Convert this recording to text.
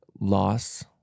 loss